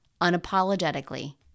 unapologetically